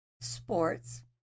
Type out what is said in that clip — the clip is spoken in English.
sports